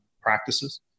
practices